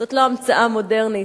זאת לא המצאה מודרנית.